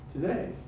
today